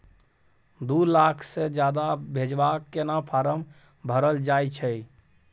दू लाख से ज्यादा भेजबाक केना फारम भरल जाए छै?